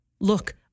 Look